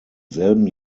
selben